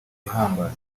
ihambaye